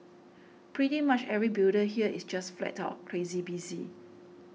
pretty much every builder here is just flat out crazy busy